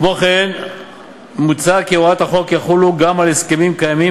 כמו כן מוצע כי הוראות החוק יחולו גם על הסכמים קיימים,